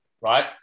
right